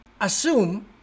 Assume